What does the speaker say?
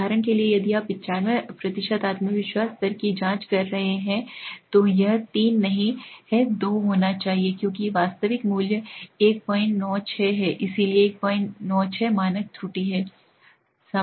उदाहरण के लिए यदि आप 95 आत्मविश्वास स्तर की जाँच कर रहे हैं तो यह 3 नहीं है 2 होना चाहिए क्योंकि वास्तविक मूल्य 196 है इसलिए 196 मानक त्रुटि है